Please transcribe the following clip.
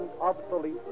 obsolete